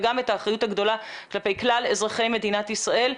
וגם האחריות הגדולה כלפי כלל אזרחי מדינה ישראל,